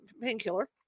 painkiller